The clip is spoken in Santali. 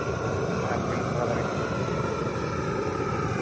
ᱟᱨ ᱵᱤᱞ ᱠᱚᱨᱟᱣ ᱫᱟᱲᱮᱭᱟᱜ